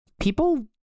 people